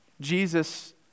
Jesus